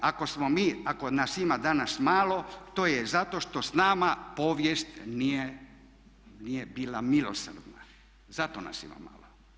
Ako smo mi, ako nas ima danas malo to je zato što s nama povijest nije bila milosrdna, zato nas ima malo.